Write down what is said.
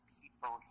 people